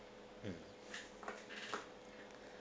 mm